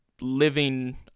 living